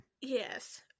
Yes